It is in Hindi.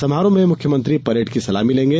समारोह में मुख्यमंत्री परेड की सलामी लेंगे